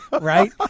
right